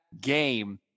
game